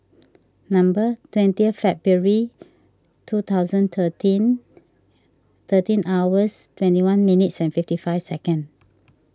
number twenty February two thousand thirteen thirteen hours twenty one minutes and fifty five second